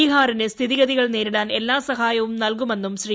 ബീഹാറിന് സ്ഥിതിഗതികൾ നേരിടാൻ എല്ലാ സഹായവും നൽകുമെന്നും ശ്രീ